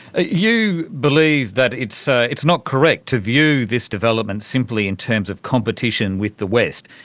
you believe that it's ah it's not correct to view this development simply in terms of competition with the west,